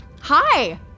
Hi